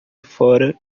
fora